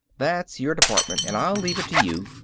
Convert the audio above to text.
that's your department and i leave it to you.